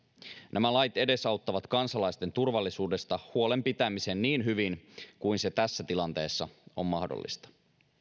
nämä lait edesauttavat kansalaisten turvallisuudesta huolen pitämistä niin hyvin kuin se tässä tilanteessa on mahdollista